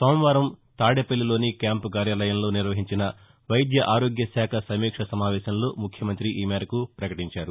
సోమవారం తాదేపల్లిలోని క్యాంపు కార్యాలయంలో నిర్వహించిన వైద్యఆరోగ్యశాఖ సమీక్ష సమావేశంలో ముఖ్యమంతి ఈ మేరకు ప్రకటించారు